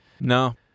No